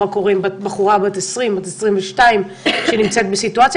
ומה קורה עם בחורה בת 20 או בת 22 שנמצאת בסיטואציה קשה?